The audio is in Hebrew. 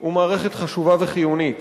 הוא מערכת חשובה וחיונית.